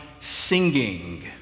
singing